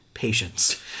patience